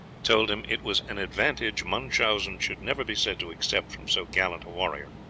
told him it was an advantage munchausen should never be said to accept from so gallant a warrior